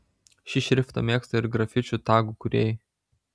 šį šriftą mėgsta ir grafičių tagų kūrėjai